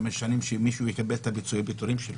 חמש שנים שמישהו יקבל את פיצוי פיטורים שלו.